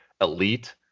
elite